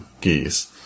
geese